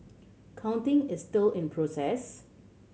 counting is still in process